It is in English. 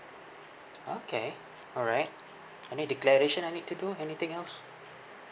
okay alright any declaration I need to do anything else